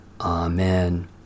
Amen